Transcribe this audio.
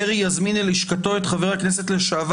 לאחר קבלתו במליאה".